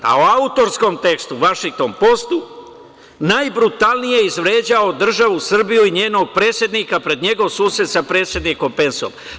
U autorskom tekstu u „Vašington postu“ najbrutalnije je izvređao državu Srbiju i njenog predsednika pred njegov susret sa predsednikom Pensom.